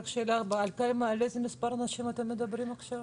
רק שאלה, על איזה מספר אנשים אתם מדברים עכשיו?